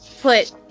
put